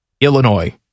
Illinois